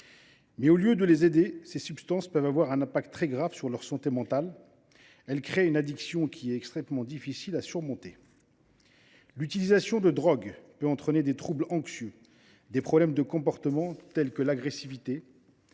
Mais, au lieu de les aider, de telles substances peuvent avoir des conséquences très graves sur leur santé mentale. Elles créent une addiction extrêmement difficile à surmonter. L’utilisation de drogues peut entraîner des troubles anxieux, des problèmes de comportement, comme l’agressivité.